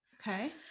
okay